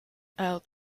out